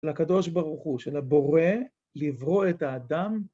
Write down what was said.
של הקדוש ברוך הוא, של הבורא, לברוא את האדם